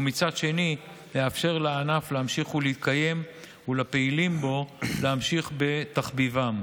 ומצד שני לאפשר לענף להמשיך ולהתקיים ולפעילים בו להמשיך בתחביבם.